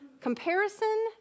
Comparison